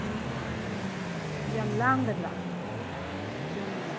ꯎꯝ ꯌꯥꯝ ꯂꯥꯡꯒꯗ꯭ꯔꯥ ꯂꯝꯗ